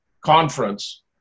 conference